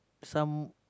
some